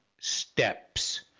steps